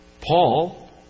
Paul